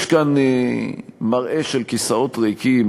יש כאן מראה של כיסאות ריקים,